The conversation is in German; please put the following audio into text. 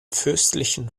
fürstlichen